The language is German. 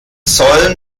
sollen